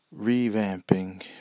revamping